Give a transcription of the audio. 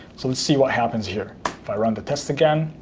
so let's see what happens here if i run the tests again.